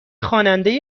خواننده